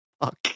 fuck